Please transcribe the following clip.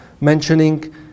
mentioning